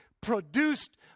produced